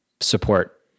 support